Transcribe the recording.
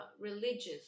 religious